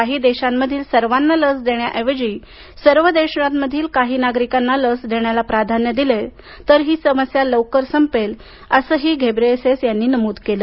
काही देशांमधील सर्वांना लस देण्याऐवजी सर्व देशांमधील काही नागरिकांना लस देण्याला प्राधान्य दिले तर ही समस्या लवकर संपेल असंही घेव्रेयेसस यांनी नमूद केलं